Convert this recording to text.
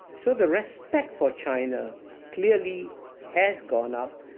so, the respect for china clearly has gone up,